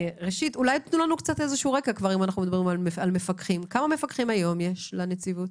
קצת רקע, כמה מפקחים היום יש לנציבות?